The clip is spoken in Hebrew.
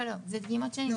איך אמרת?